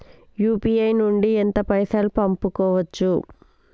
UPI నుండి ఎంత పైసల్ పంపుకోవచ్చు?